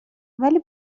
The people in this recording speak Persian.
ولی